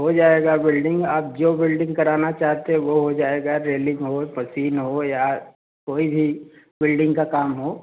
हो जाएगी वेल्डिंग आप जो वेल्डिंग कराना चाहते है वह हो जाएगा रेलिंग हो मशीन हो या कोई भी वेल्डिंग का काम हो